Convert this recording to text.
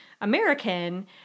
American